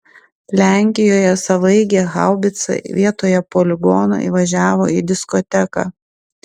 lenkijoje savaeigė haubica vietoje poligono įvažiavo į diskoteką